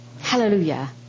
Hallelujah